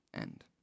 end